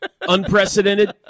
Unprecedented